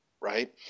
Right